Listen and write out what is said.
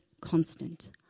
constant